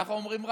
ככה אומרים?